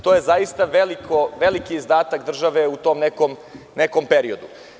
To je zaista veliki izdatak države u tom nekom periodu.